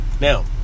Now